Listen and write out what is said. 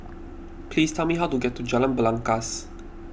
please tell me how to get to Jalan Belangkas